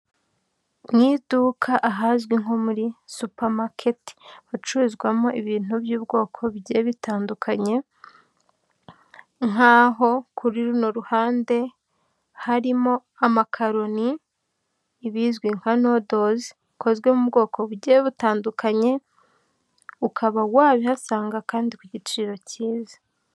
Mu iduka ahazwi nko muri supermarket hacururizwamo ibintu by'ubwoko bigiye bitandukanye, nkaho kuri runo ruhande harimo amakaroni ibizwi nka nodozi bikozwe mu bwoko bugiye butandukanye, ukaba wabihasanga kandi ku giciro cyiza.